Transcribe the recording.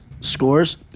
scores